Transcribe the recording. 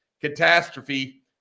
catastrophe